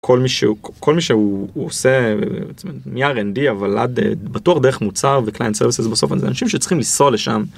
כל מי שהוא, כל מי שהוא עושה, מ- R&D אבל עד בטוח דרך מוצר ו- Client Services בסוף זה אנשים שצריכים לנסוע לשם.